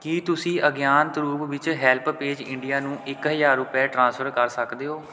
ਕੀ ਤੁਸੀਂਂ ਅਗਿਆਤ ਰੂਪ ਵਿੱਚ ਹੈਲਪ ਪੇਜ ਇੰਡੀਆ ਨੂੰ ਇੱਕ ਹਜ਼ਾਰ ਰੁਪਏ ਟ੍ਰਾਂਸਫਰ ਕਰ ਸਕਦੇ ਹੋ